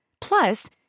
Plus